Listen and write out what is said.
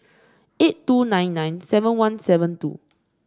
eight two nine nine seven one seven two